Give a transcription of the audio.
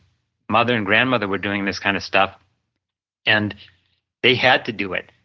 mother and grandmother were doing this kind of stuff and they had to do it.